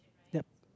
yep